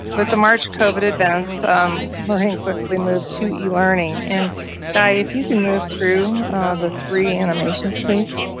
with the march coveted down, some learning quickly moved to e learning an guy. if you can move through the three animations, please.